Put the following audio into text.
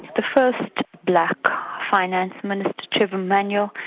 the first black finance minister, trevor emmanuel,